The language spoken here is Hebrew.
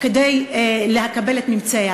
כדי לקבל את ממצאיה?